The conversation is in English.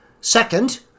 Second